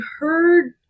heard